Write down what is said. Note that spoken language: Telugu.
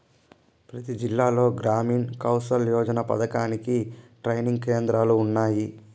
ప్రతి జిల్లాలో గ్రామీణ్ కౌసల్ యోజన పథకానికి ట్రైనింగ్ కేంద్రాలు ఉన్నాయి